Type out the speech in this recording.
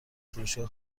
فروشگاه